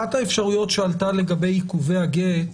אחת האפשרויות שעלתה לגבי עיכובי הגט